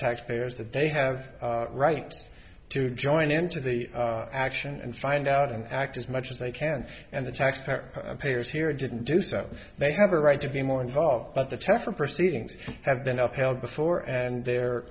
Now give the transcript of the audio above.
taxpayers that they have rights to join into the action and find out and act as much as they can and the taxpayer payers here didn't do so they have a right to be more involved but the test for proceedings have been upheld before and they're